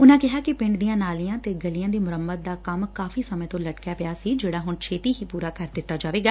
ਉਨੂਾਂ ਕਿਹਾ ਕਿ ਪਿੰਡ ਦੀਆਂ ਗਲੀਆਂ ਤੇ ਨਾਲੀਆਂ ਦੀ ਮੁਰੰਮਤ ਦਾ ਕੰਮ ਕਾਫੀ ਸਮੇਂ ਤੋਂ ਲਟਕਿਆ ਪਿਆ ਸੀ ਜਿਹੜਾ ਹੁਣ ਛੇਤੀ ਹੀ ਪੂਰਾ ਕਰ ਦਿਤਾ ਜਾਵੇਗਾ